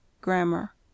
Grammar